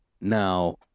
Now